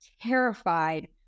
terrified